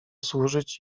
służyć